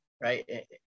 right